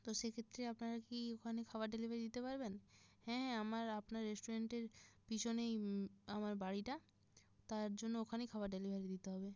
তো সেক্ষেত্রে আপনারা কি ওখানে খাবার ডেলিভারি দিতে পারবেন হ্যাঁ আমার আপনার রেস্টুরেন্টের পিছনেই আমার বাড়িটা তার জন্য ওখানেই খাবার ডেলিভারি দিতে হবে